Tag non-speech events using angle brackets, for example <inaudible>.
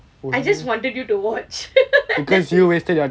I just wanted you to watch <laughs>